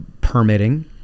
permitting